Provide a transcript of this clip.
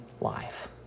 life